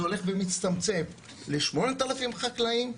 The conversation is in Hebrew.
זה הולך ומצטמצם ל-8,000 חקלאים,